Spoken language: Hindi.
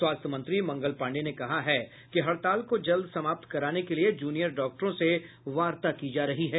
स्वास्थ्य मंत्री मंगल पांडेय ने कहा है कि हड़ताल को जल्द समाप्त कराने के लिये जूनियर डाक्टरों से वार्ता की जा रही है